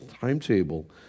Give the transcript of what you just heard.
timetable